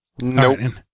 Nope